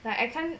but I can't